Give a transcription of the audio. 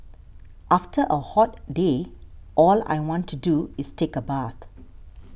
after a hot day all I want to do is take a bath